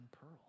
pearl